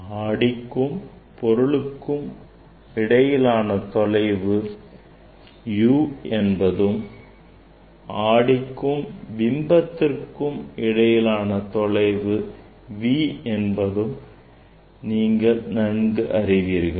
ஆடிக்கும் பொருளுக்கும் இடையிலான தொலைவு u என்பதும் ஆடிக்கும் பிம்பத்திற்கு இடைப்பட்ட தொலைவு v என்பதும் நீங்கள் நன்கு அறிவீர்கள்